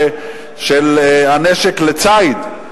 של הנשק לציד,